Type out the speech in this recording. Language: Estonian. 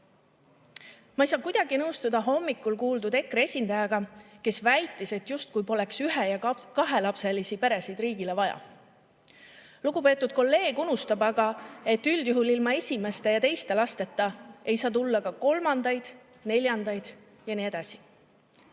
Ma ei saa kuidagi nõustuda hommikul kuuldud EKRE esindajaga, kes väitis, justkui poleks ühe- ja kahelapselisi peresid riigile vaja. Lugupeetud kolleeg unustab aga, et üldjuhul ilma esimeste ja teiste lasteta ei saa tulla ka kolmandaid, neljandaid ja nii edasi.